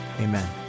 amen